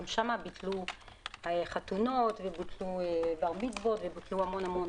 הרי גם שם ביטלו חתונות ובוטלו בר מצוות והמון אירועים.